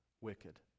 wicked